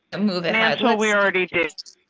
ah move it as well, we already